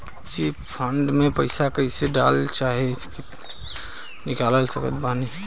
Chit fund मे पईसा कईसे डाल चाहे निकाल सकत बानी?